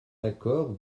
accord